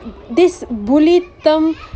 this bully term